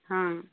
ହଁ